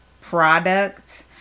product